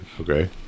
Okay